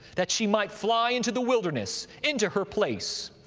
that she might fly into the wilderness, into her place,